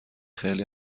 خیلی